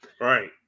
Right